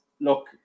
look